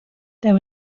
there